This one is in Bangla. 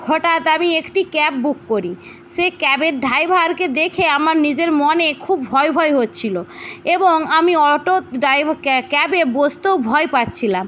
হঠাৎ আমি একটি ক্যাব বুক করি সে ক্যাবের ড্রাইভারকে দেখে আমার নিজের মনে খুব ভয় ভয় হচ্ছিলো এবং আমি অটো ড্রাইভার ক্যাবে বসতেও ভয় পাচ্ছিলাম